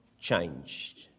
changed